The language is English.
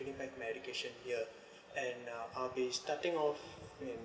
back my education here and uh I'll be starting of in